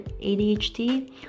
ADHD